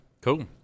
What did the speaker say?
Cool